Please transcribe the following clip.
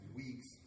weeks